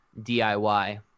DIY